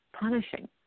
punishing